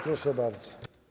Proszę bardzo.